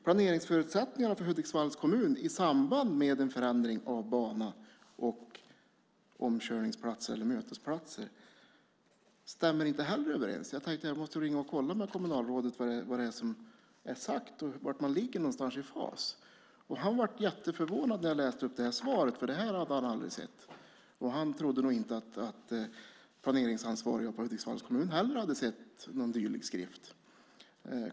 Planeringsförutsättningarna för Hudiksvalls kommun i samband med en förändring av banan och omkörningsplatser eller mötesplatser stämmer inte heller överens. Jag tänkte att jag måste ringa till kommunalrådet och kontrollera vad som har sagts och var man befinner sig. Han blev jätteförvånad när jag läste upp detta svar. Detta hade han aldrig sett. Han trodde inte att de planeringsansvariga i Hudiksvalls kommun heller hade sett någon dylik skrift.